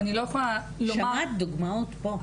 אני רוצה את ההנחיה ואני רוצה לדעת איך מופצת ההנחיה הזאת.